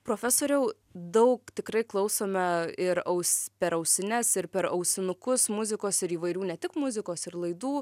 profesoriau daug tikrai klausome ir aus per ausines ir per ausinukus muzikos ir įvairių ne tik muzikos ir laidų